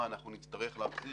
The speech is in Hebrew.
מה, אנחנו נצטרך להחזיר?